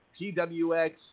PWX